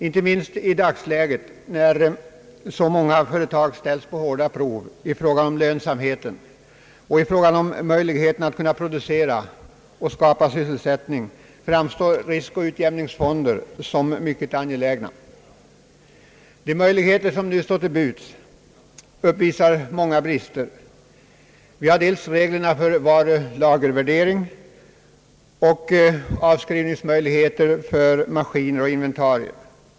Inte minst i dagens läge när så många företag ställs på hårda prov i fråga om lönsamheten och möjligheterna att producera och att skapa sysselsättning framstår riskoch utjämningsfonder som mycket angelägna. De möjligheter som för närvarande står till buds uppvisar många brister. Jag syftar på reglerna för varulagervärdering och avskrivningsmöjligheterna för maskiner och inventarier.